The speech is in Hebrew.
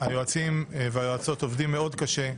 היועצים והיועצות עובדים מאוד קשה,